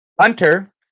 Hunter